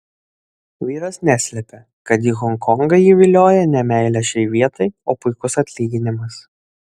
vyras neslepia kad į honkongą jį vilioja ne meilė šiai vietai o puikus atlyginimas